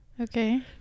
Okay